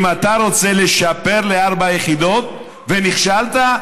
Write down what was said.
אם אתה רוצה לשפר לארבע יחידות ונכשלת,